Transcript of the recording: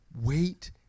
wait